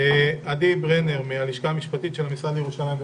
עדי ברנר מהלשכה המשפטית של המשרד לירושלים ומורשת,